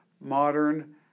modern